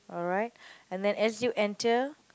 alright and then as you enter